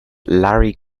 larry